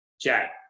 Jack